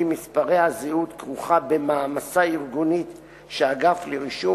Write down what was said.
מספרי הזהות כרוכה במעמסה ארגונית שהאגף לרישום